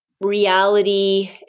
reality